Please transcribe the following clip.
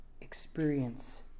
experience